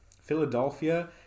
Philadelphia